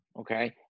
Okay